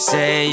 Say